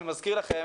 אני מזכיר לכם